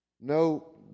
no